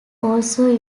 also